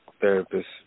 therapist